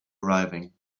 arriving